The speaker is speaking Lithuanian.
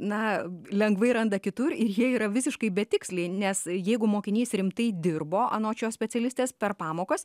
na lengvai randa kitur ir jie yra visiškai betiksliai nes jeigu mokinys rimtai dirbo anot šios specialistės per pamokas